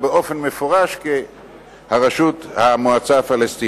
אלא באופן מפורש כ"המועצה הפלסטינית",